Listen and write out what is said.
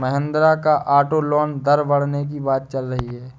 महिंद्रा का auto loan दर बढ़ने की बात चल रही है